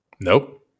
Nope